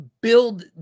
build